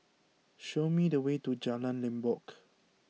show me the way to Jalan Limbok